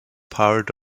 part